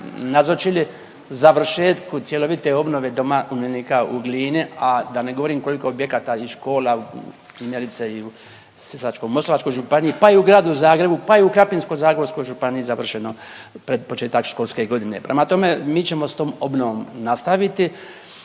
nazočili završetku cjelovite obnove doma umirovljenika u Glini, a da ne govorim koliko objekata i škola primjerice i u Sisačko-moslavačkoj županiji, pa i u gradu Zagrebu, pa i u Krapinsko-zagorskoj županiji završeno pred početak školske godine. Prema tome, mi ćemo sa tom obnovom nastaviti.